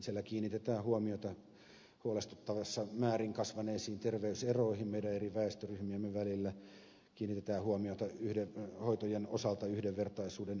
siellä kiinnitetään huomiota huolestuttavassa määrin kasvaneisiin terveyseroihin meidän eri väestöryhmiemme välillä kiinnitetään huomiota hoitojen osalta yhdenvertaisuuden edistämiseen